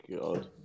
god